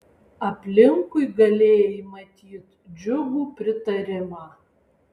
aplinkui galėjai matyt džiugų pritarimą